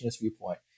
viewpoint